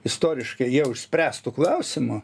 istoriškai jau išspręstu klausimu